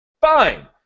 Fine